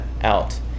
out